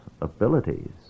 abilities